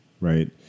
right